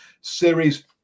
series